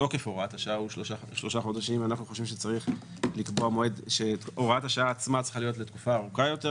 אנחנו חושבים שהוראת השעה עצמה צריכה להיות לתקופה ארוכה יותר,